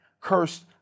cursed